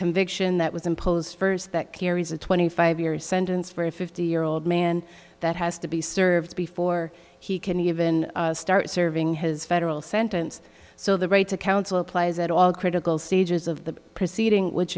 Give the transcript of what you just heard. conviction that was imposed that carries a twenty five year sentence for a fifty year old man that has to be served before he can even start serving his federal sentence so the right to counsel applies at all critical stages of the proceeding which